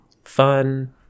fun